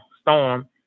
storm